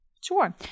Sure